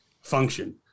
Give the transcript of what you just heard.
function